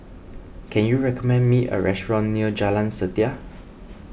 can you recommend me a restaurant near Jalan Setia